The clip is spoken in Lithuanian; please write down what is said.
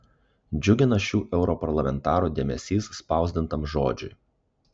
džiugina šių europarlamentarų dėmesys spausdintam žodžiui